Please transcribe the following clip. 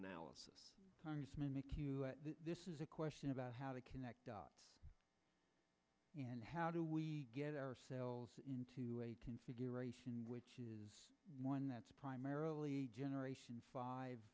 analysis congressman mchugh this is a question about how to connect dots and how do we get ourselves into a configuration which is one that's primarily generation five